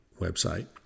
website